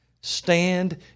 Stand